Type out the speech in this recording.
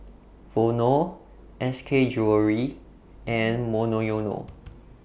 Vono S K Jewellery and Monoyono